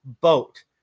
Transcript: boat